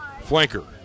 flanker